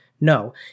No